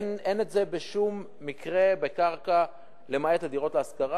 אין את זה בשום מקרה בקרקע למעט הדירות להשכרה.